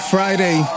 Friday